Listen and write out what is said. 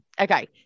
okay